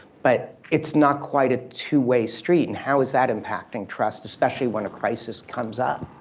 but it's not quite a two way street and how is that impacting trust especially when a crisis comes up?